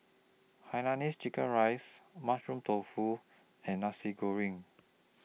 Hainanese Chicken Rice Mushroom Tofu and Nasi Goreng